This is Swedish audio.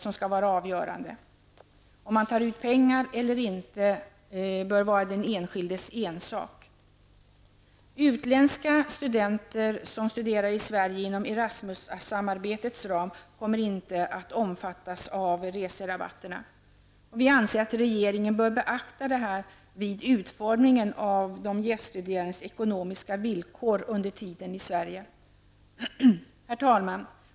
Om man sedan tar ut pengar eller inte är den enskildes ensak. Erasmus-samarbetets ram kommer inte att omfattas av reserabatterna. Vi anser att regeringen bör beakta detta vid utformningen av de gäststuderandes ekonomiska villkor under tiden i Herr talman!